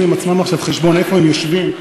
עם עצמם עכשיו חשבון איפה הם יושבים.